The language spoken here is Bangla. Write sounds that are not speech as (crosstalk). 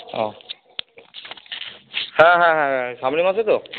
ও (unintelligible) হ্যাঁ হ্যাঁ হ্যাঁ হ্যাঁ হ্যাঁ সামনের মাসে তো